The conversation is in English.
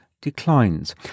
declines